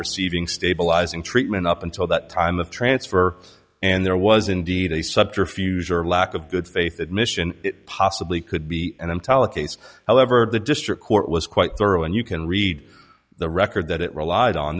receiving stabilizing treatment up until that time of transfer and there was indeed a subterfuge or lack of good faith that mission possibly could be an emtala case however the district court was quite thorough and you can read the record that it relied on